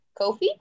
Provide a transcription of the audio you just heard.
Kofi